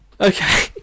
Okay